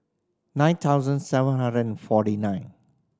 nine thousand seven hundred and forty nine